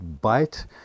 bite